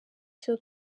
icyo